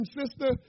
sister